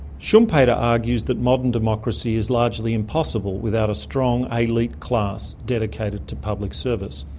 schumpeter argues that modern democracy is largely impossible without a strong elite class dedicated to public service.